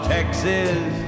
Texas